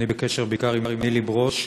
אני בקשר בעיקר עם נילי ברוש,